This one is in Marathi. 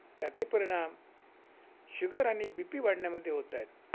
त्याचे परिणाम शुगर आणि बी पी वाढण्यामध्ये होत आहेत